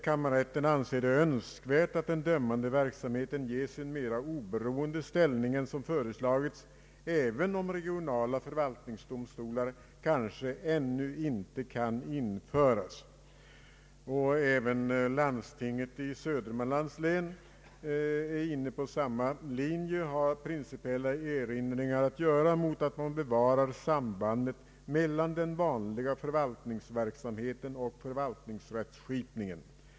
Kammarrätten anser det önskvärt att den dömande verksamheten ges en mera oberoende ställning än som föreslagits, även om regionala förvaltningsdomstolar kanske ännu inte kan införas. Även landstinget i Södermanlands län är inne på samma linje och har principiella erinringar att göra mot att man bevarar sambandet mellan den vanliga förvaltningsverksamheten och förvaltningsrättskipningen.